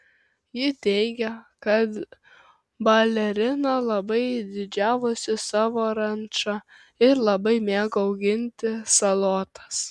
ji teigia kad balerina labai didžiavosi savo ranča ir labai mėgo auginti salotas